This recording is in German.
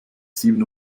sieben